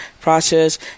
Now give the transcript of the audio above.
process